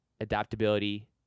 adaptability